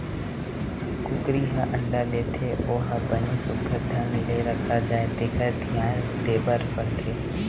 कुकरी ह अंडा देथे ओ ह बने सुग्घर ढंग ले रखा जाए तेखर धियान देबर परथे